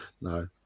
no